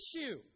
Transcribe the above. issue